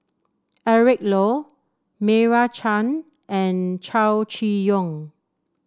Eric Low Meira Chand and Chow Chee Yong